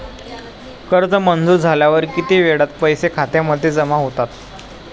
कर्ज मंजूर झाल्यावर किती वेळात पैसे खात्यामध्ये जमा होतात?